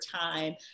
time